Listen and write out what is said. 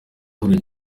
ihuriro